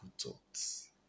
thoughts